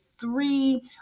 three